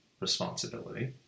responsibility